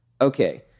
okay